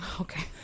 Okay